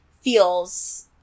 feels